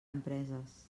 empreses